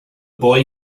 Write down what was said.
boy